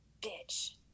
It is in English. Bitch